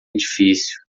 edifício